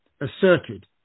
asserted